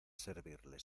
servirle